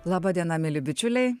laba diena mieli bičiuliai